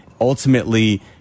ultimately